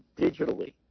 digitally